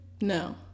No